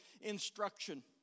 instruction